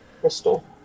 crystal